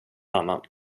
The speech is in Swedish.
annan